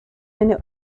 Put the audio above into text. eine